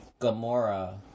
Gamora